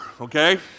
okay